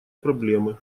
проблемы